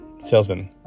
salesman